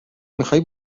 میخوای